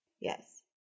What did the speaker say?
Yes